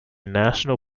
national